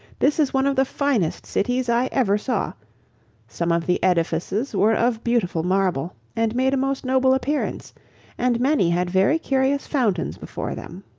this is one of the finest cities i ever saw some of the edifices were of beautiful marble, and made a most noble appearance and many had very curious fountains before them.